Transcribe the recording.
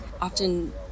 often